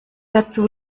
dazu